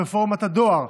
רפורמת הדואר.